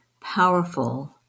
powerful